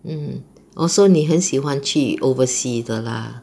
mm or so 你很喜欢去 oversea 的 lah